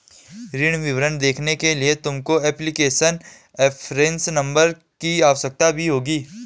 ऋण विवरण देखने के लिए तुमको एप्लीकेशन रेफरेंस नंबर की आवश्यकता भी होगी